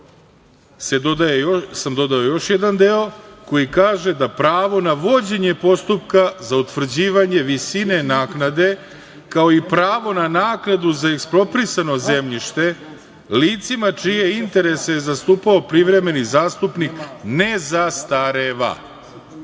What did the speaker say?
sam dodao još jedan deo koji kaže da pravo na vođenje postupka za utvrđivanje visine naknade, kao i pravo na naknadu za eksproprisano zemljište licima čije interese je zastupao privremeni zastupnik ne zastareva.I